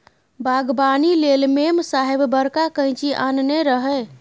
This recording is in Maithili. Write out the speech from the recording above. बागबानी लेल मेम साहेब बड़का कैंची आनने रहय